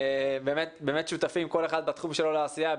באמת כל אחד שותף בתחום שלו לעשייה,